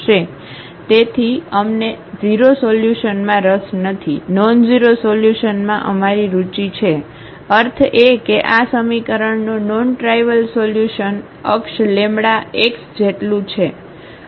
તેથી અમને 0 સોલ્યુશનમાં રસ નથી નોનઝેરો સોલ્યુશનમાં અમારી રુચિ છે અર્થ એ કે આ સમીકરણનો નોન ટ્રાઇવલ સોલ્યુશન અક્ષ લેમ્બડા x જેટલું છે